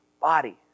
body